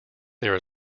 there